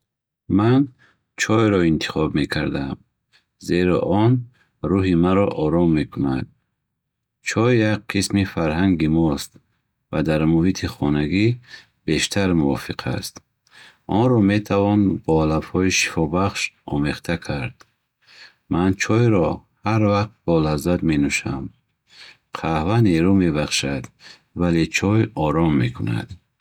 Ман чойро интихоб мекардам, зеро он рӯҳи маро ором мекунад. Чой як қисми фарҳанги мост ва дар муҳити хонагӣ бештар мувофиқ аст. Онро метавон бо алафҳои шифобахш омехта кард. Ман чойро ҳар вақт бо лаззат менӯшам. Қаҳва нерӯ мебахшад, вале чой ором мекунад.